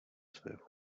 své